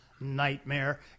nightmare